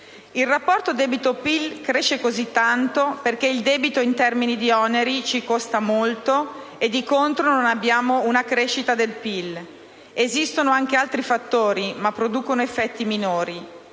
Il rapporto debito-PIL cresce così tanto perché il debito in termini di oneri ci costa molto e, di contro, non abbiamo una crescita del PIL. Esistono anche altri fattori, ma producono effetti minori.